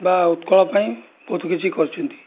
ବା ଉତ୍କଳ ପାଇଁ ବହୁତ କିଛି କରିଛନ୍ତି